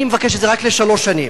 אני מבקש את זה רק לשלוש שנים,